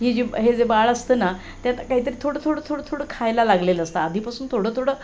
ही जी हे जे बाळ असतं ना त्यांना काहीतरी थोडं थोडं थोडं थोडं खायला लागलेलं असतं आधीपासून थोडं थोडं